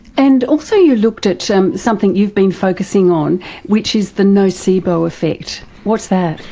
and also you looked at yeah um something you've been focusing on which is the nocebo effect. what's that?